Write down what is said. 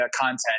content